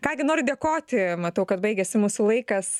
ką gi noriu dėkoti matau kad baigiasi mūsų laikas